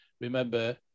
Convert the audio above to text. remember